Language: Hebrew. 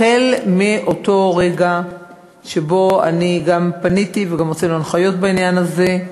החל מאותו רגע שבו אני גם פניתי וגם הוצאנו הנחיות בעניין הזה,